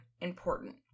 important